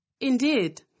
Indeed